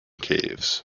caves